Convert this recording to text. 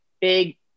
big